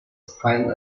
finds